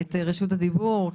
את רשות הדיבור.